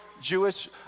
jewish